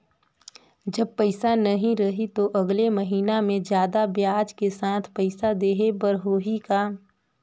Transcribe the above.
जब पइसा नहीं रही तो अगले महीना मे जादा ब्याज के साथ पइसा देहे बर होहि का?